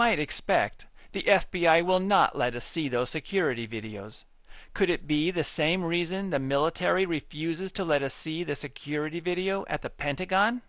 might expect the f b i will not let us see those security videos could it be the same reason the military refuses to let us see the security video at the pentagon